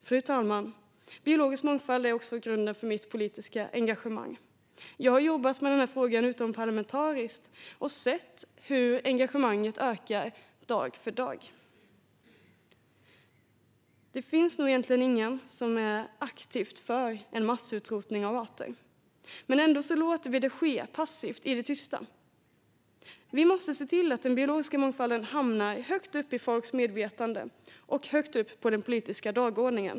Fru talman! Biologisk mångfald är också grunden för mitt politiska engagemang. Jag har jobbat med frågan utomparlamentariskt och sett hur engagemanget ökar dag för dag. Det finns nog egentligen ingen som är aktivt för massutrotning av arter. Ändå låter vi det ske, passivt, i det tysta. Vi måste se till att den biologiska mångfalden hamnar högt upp i folks medvetande och högt upp på den politiska dagordningen.